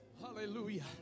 Hallelujah